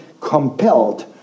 compelled